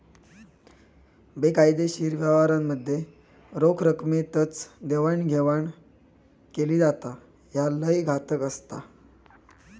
बेकायदेशीर व्यवहारांमध्ये रोख रकमेतच देवाणघेवाण केली जाता, ह्या लय घातक असता